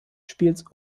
spiels